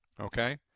okay